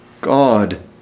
God